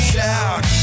Shout